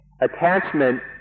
Attachment